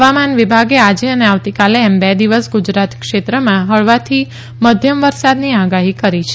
હવામાન વિભાગે આજે અને આવતીકાલે એમ બે દિવસ ગુજરાતક્ષેત્રમાં હળવાથી મધ્યમ વરસાદની આગાહી કરી છે